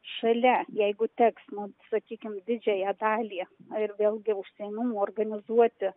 šalia jeigu teks nu sakykim didžiąją dalį ir vėlgi užsiėmimų organizuoti